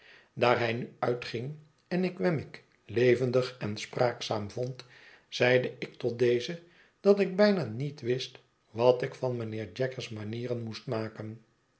hij nu uitging en ik wemmick levendig en spraakzaam vond zeide ik tot dezen dat ik bijna niet wist wat ik van mijnheer jaggers manieren moest maken